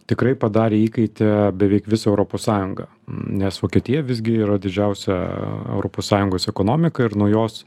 tikrai padarė įkaite beveik visą europos sąjungą nes vokietija visgi yra didžiausia europos sąjungos ekonomika ir nuo jos